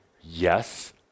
yes